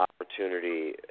opportunity